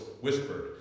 Whispered